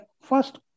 first